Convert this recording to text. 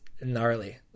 gnarly